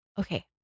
okay